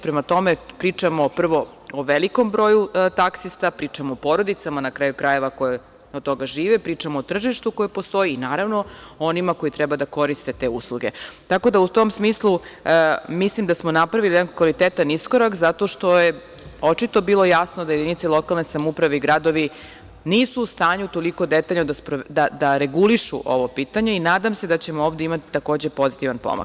Prema tome, prvo, pričamo o velikom broju taksista, pričamo o porodicama, na kraju krajeva, koje od toga žive, pričamo o tržištu koje postoji i, naravno, o onima koji treba da koriste te usluge, tako da u tom smislu mislim da smo napravili jedan kvalitetan iskorak zato što je očito bilo jasno da jedinice lokalne samouprave i gradovi nisu u stanju toliko detaljno da regulišu ovo pitanje i nadam se da ćemo ovde imati takođe pozitivan pomak.